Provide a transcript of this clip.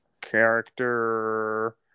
character